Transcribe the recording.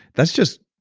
that's just,